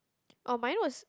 orh mine was